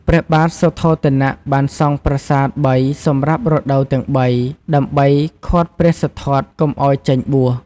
ព្រះបាទសុទ្ធោទនៈបានសង់ប្រាសាទ ៣ សម្រាប់រដូវទាំង ៣ ដើម្បីឃាត់ព្រះសិទ្ធត្ថកុំឲ្យចេញបួស។